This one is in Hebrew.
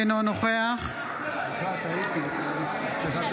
אינו נוכח סליחה, טעיתי.